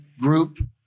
group